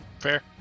Fair